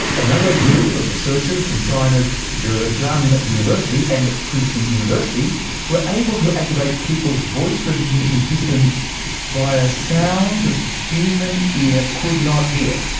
another group of researchers from china's zhejiang university and princeton university were able to activate people's voice recognition systems via sounds that the human ear could not hear.